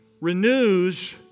renews